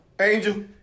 Angel